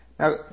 Now